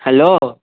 hello